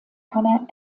hannah